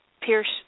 pierce